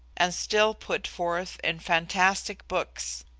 and still put forth in fantastic books,